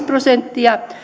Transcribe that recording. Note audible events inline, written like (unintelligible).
(unintelligible) prosenttia